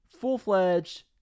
full-fledged